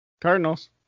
Cardinals